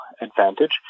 advantage